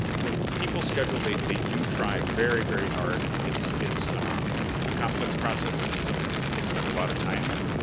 when people schedule, they they do try very, very hard. it's it's a complex process and it's something people spend a lot of time in.